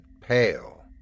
pale